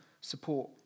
support